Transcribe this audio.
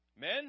Men